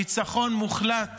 ניצחון מוחלט